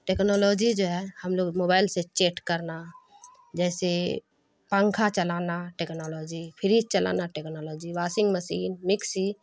technology جو ہے ہم لوگ موبائل سے چیٹ کرنا جیسے پنکھا چلانا ٹیکنالوجی فریج چلانا ٹیکنالوجی واسنگ مسین مکسی